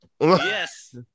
Yes